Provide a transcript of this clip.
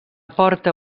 porta